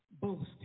boasting